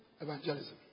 evangelism